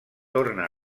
torna